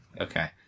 Okay